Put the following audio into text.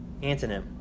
Antonym